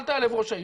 אל תיעלב ראש-העיר,